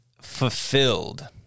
fulfilled